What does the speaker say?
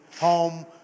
home